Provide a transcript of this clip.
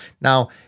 now